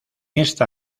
esta